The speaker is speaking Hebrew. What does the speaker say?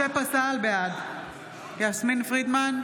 בעד יסמין פרידמן?